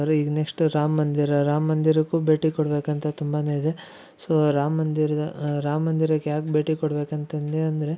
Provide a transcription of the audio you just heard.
ಅರೆ ಈಗ ನೆಕ್ಸ್ಟ್ ರಾಮ ಮಂದಿರ ರಾಮ ಮಂದಿರಕ್ಕೂ ಭೇಟಿ ಕೊಡ್ಬೇಕು ಅಂತ ತುಂಬಾನೇ ಇದೆ ಸೋ ರಾಮ ಮಂದಿರದ ರಾಮ ಮಂದಿರಕ್ಕೆ ಯಾಕೆ ಭೇಟಿ ಕೊಡ್ಬೇಕು ಅಂತೆ ಅಂದೆ ಅಂದರೆ